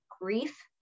grief